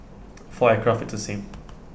for aircraft it's the same